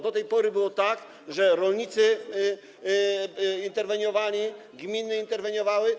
Do tej pory było tak, że rolnicy interweniowali, gminy interweniowały.